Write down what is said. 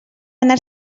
anar